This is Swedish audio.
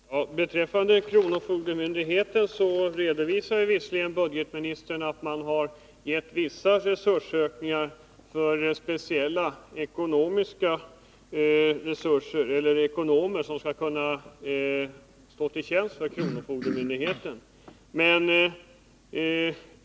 Herr talman! Beträffande kronofogdemyndigheterna redovisar budgetministern att regeringen har gett vissa resursförstärkningar för speciella ekonomer som skall stå till tjänst för kronofogdemyndigheterna.